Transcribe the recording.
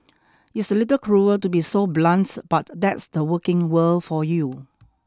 it's a little cruel to be so blunt but that's the working world for you